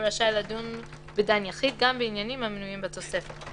יהיה רשאי לדון בדן יחיד גם בעניינים המנויים בתוספת,"